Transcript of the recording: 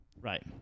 Right